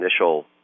initial